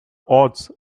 odds